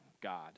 God